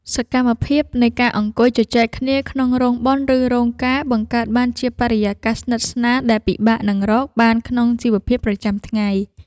សកម្មភាពនៃការអង្គុយជជែកគ្នាក្នុងរោងបុណ្យ ឬរោងការ បង្កើតបានជាបរិយាកាសស្និទ្ធស្នាលដែលពិបាកនឹងរកបានក្នុងជីវភាពប្រចាំថ្ងៃ។